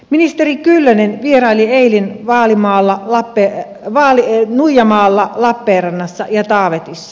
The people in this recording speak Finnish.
ministeri kyllönen vieraili eilen nuijamaalla lappeenrannassa ja taavetissa